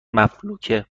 مفلوکه